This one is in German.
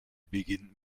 beginnt